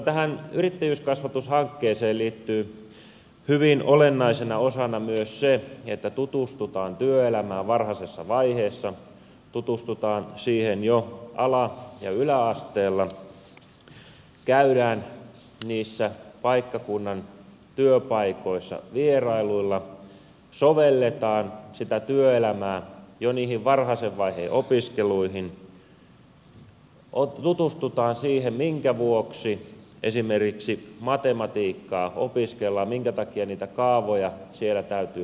tähän yrittäjyyskasvatushankkeeseen liittyy hyvin olennaisena osana myös se että tutustutaan työelämään varhaisessa vaiheessa tutustutaan siihen jo ala ja yläasteella käydään niissä paikkakunnan työpaikoissa vierailuilla sovelletaan sitä työelämää jo niihin varhaisen vaiheen opiskeluihin tutustutaan siihen minkä vuoksi esimerkiksi matematiikkaa opiskellaan minkä takia niitä kaavoja siellä täytyy päntätä